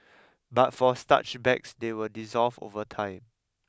but for starch bags they will dissolve over time